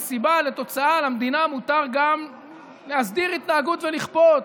סיבה לתוצאה למדינה מותר גם להסדיר התנהגות ולכפות,